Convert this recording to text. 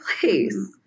place